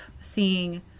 seeing